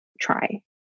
try